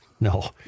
No